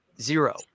zero